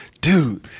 Dude